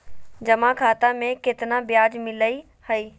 जमा खाता में केतना ब्याज मिलई हई?